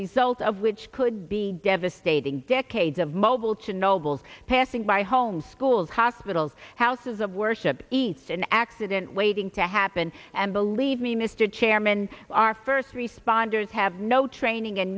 result of which could be devastating decades of mobile chernobyl's passing by homes schools hospitals houses of worship each an accident waiting to happen and believe me mr chairman our first responders have no training and